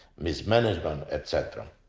mismanagement etc.